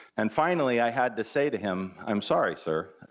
and finally i had to say to him i'm sorry, sir,